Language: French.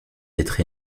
d’être